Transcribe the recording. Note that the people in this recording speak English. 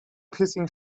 piercing